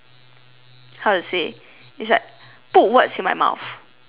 how to say it's like put words in my mouth so